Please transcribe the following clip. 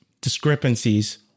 discrepancies